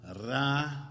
ra